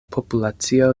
populacio